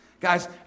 Guys